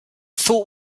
thought